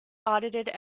audited